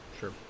Sure